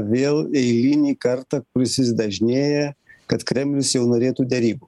vėl eilinį kartą kuris vis dažnėja kad kremlius jau norėtų derybų